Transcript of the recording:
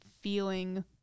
feeling